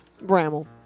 Bramble